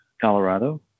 Colorado